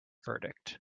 verdict